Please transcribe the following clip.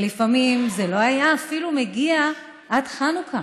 ולפעמים זה היה אפילו מגיע עד חנוכה,